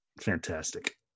Fantastic